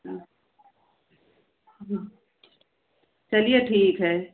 हाँ जी चलिए ठीक है